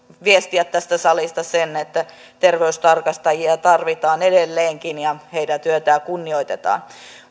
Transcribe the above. viestiä tästä salista sen että terveystarkastajia tarvitaan edelleenkin ja heidän työtään kunnioitetaan